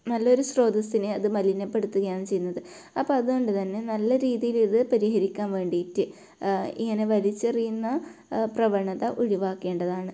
നല്ലൊരു സ്രോതസ്സിനെ അത് മലിനപ്പെടുത്തുകയാണ് ചെയ്യുന്നത് അപ്പം അതുകൊണ്ട് തന്നെ നല്ല രീതീയിലിത് പരിഹരിക്കാൻ വേണ്ടിയിട്ട് ഇങ്ങനെ വലിച്ചെറിയുന്ന പ്രവണത ഒഴിവാക്കേണ്ടതാണ്